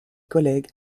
collègues